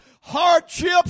hardships